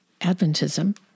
Adventism